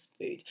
food